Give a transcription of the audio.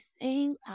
sing